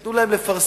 תנו להם לפרסם,